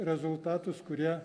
rezultatus kurie